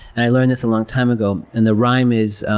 and i learned this a long time ago. and the rhyme is,